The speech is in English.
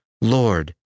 Lord